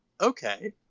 okay